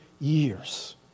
years